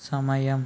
సమయం